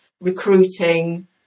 recruiting